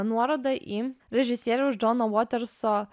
nuoroda į režisieriaus džono voterso